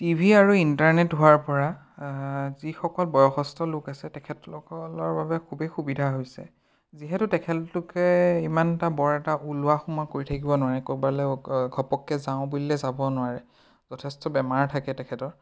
TV আৰু internet হোৱাৰ পৰা যিসকল বয়সস্থ লোকে আছে তেখেতেসকলৰ বাবে খুবেই সুবিধা হৈছে যিহেতু তেখেতলোকে ইমানটা বৰ এটা ওলোৱা সোমোৱা কৰি থাকিব নোৱাৰে ক'ৰবালৈ ঘপককৈ যাওঁ বুলিলে যাব নোৱাৰে যথেষ্ট বেমাৰ থাকে তেখেতৰ